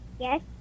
Yes